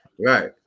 right